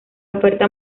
oferta